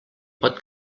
pot